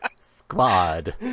squad